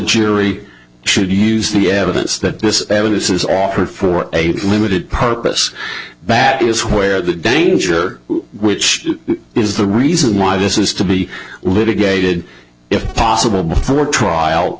jury should use the evidence that this evidence is offered for a limited purpose bat is where the danger which is the reason why this is to be litigated if possible before trial